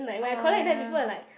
oh ya